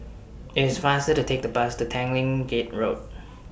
IT IS faster to Take The Bus to Tanglin Gate Road